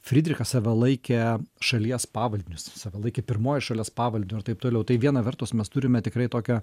frydrichas save laikė šalies pavaldiniu jis save laikė pirmuoju šalies pavaldiniu ir taip toliau tai viena vertus mes turime tikrai tokią